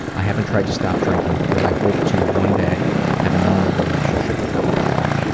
i haven't tried to stop drinking because i hope to one day have a normal relationship with alcohol,